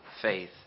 faith